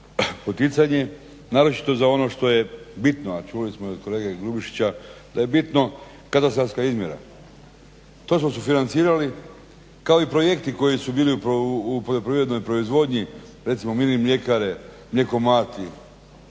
poticanje, naročito za ono što je bitno, a čuli smo i od kolege Grubišića da je bitna katastarska izmjera. To što su financirali kao i projekti koji su bili u poljoprivrednom proizvodnji, recimo … mljekare, mljekomati.